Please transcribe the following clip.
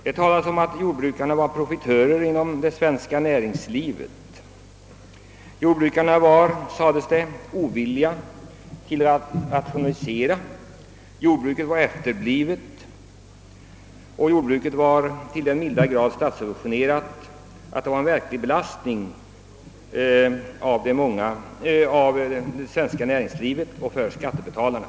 Det talades om att jordbrukarna var profitörer inom det svenska näringslivet. De var, sades det, ovilliga att rationalisera, jordbruket var efterblivet och till den milda grad statssubventionerat, att det utgjorde en belastning för det svenska näringslivet och för skattebetalarna.